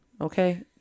okay